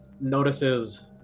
notices